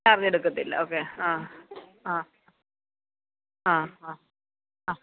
charge എടുക്കത്തില്ല okay ആ ആ ആ ആ ആ